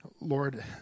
Lord